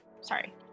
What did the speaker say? Sorry